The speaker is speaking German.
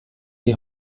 die